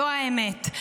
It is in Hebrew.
זו האמת.